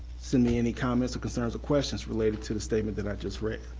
send me any comments or concerns or questions related to the statement that i just read.